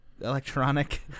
electronic